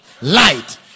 Light